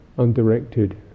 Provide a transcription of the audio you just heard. undirected